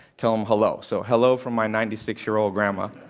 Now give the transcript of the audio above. tell them hello. so, hello from my ninety six year old grandma.